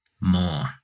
more